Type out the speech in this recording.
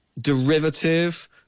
derivative